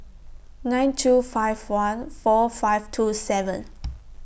nine two five one four five two seven